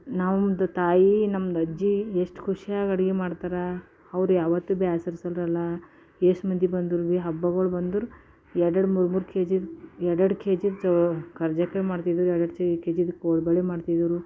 ನಾವು ತಾಯಿ ನಮ್ದು ಅಜ್ಜಿ ಎಷ್ಟು ಖುಷ್ಯಾಗಿ ಅಡುಗೆ ಮಾಡ್ತಾರೆ ಅವ್ರು ಯಾವತ್ತೂ ಬೇಸರಿಸೋವ್ರಲ್ಲ ಎಷ್ಟು ಮಂದಿ ಬಂದ್ರೂ ಹಬ್ಬಗಳು ಬಂದರೂ ಎರಡೆರಡು ಮೂರ್ಮೂರು ಕೆ ಜಿದು ಎರಡೆರಡು ಕೆ ಜಿದು ಕರ್ಜಿಕಾಯಿ ಮಾಡ್ತಿದ್ದರು ಎರಡೆರಡು ಚಿ ಕೆ ಜಿದು ಕೋಡುಬಳೆ ಮಾಡ್ತಿದ್ದರು